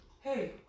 Hey